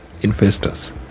investors